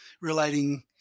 relating